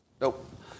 Nope